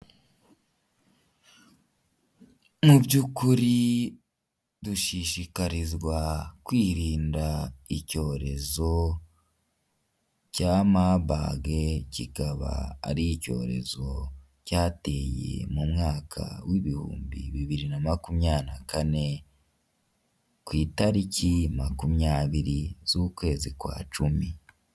Mu by'ukuri dushishikarizwa kwirinda icyorezo cya mabage, kikaba ari icyorezo cyateye mu mwaka w'ibihumbi bibiri na makumya na kane, ku itariki makumyabiri z'ukwezi kwa cumi.